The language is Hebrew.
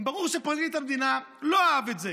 ברור שפרקליט המדינה לא אהב את זה.